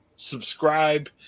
subscribe